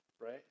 right